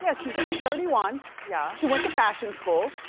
yeah she's she's thirty one, yeah she went to fashion school,